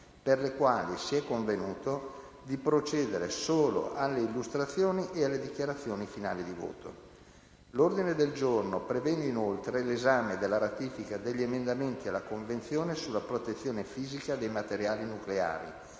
per le quali si è convenuto di procedere solo alle illustrazioni e alle dichiarazioni finali di voto. L'ordine del giorno prevede inoltre 1'esame della ratifica degli emendamenti alla Convenzione sulla protezione fisica dei materiali nucleari